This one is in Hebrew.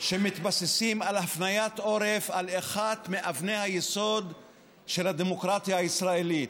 שמתבססים על הפניית עורף אל אחת מאבני היסוד של הדמוקרטיה הישראלית.